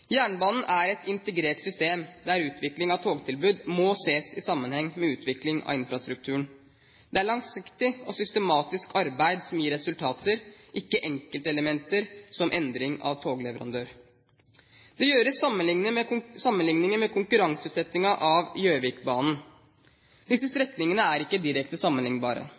Jernbanen er et integrert system, der utvikling av togtilbudet må ses i sammenheng med utvikling av infrastrukturen. Det er langsiktig og systematisk arbeid som gir resultater, ikke enkeltelementer som endring av togleverandør. Det gjøres sammenligninger med konkurranseutsettingen av Gjøvikbanen. Disse strekningene er ikke direkte sammenlignbare.